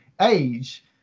age